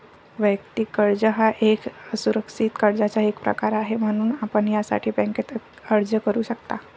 वैयक्तिक कर्ज हा एक असुरक्षित कर्जाचा एक प्रकार आहे, म्हणून आपण यासाठी बँकेत अर्ज करू शकता